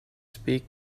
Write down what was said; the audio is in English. speaks